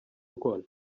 ukoll